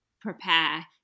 prepare